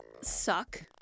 suck